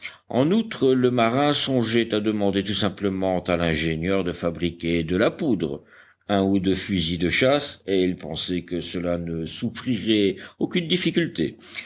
en outre le marin songeait à demander tout simplement à l'ingénieur de fabriquer de la poudre un ou deux fusils de chasse et il pensait que cela ne souffrirait aucune difficulté